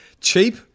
Cheap